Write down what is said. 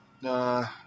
Nah